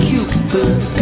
Cupid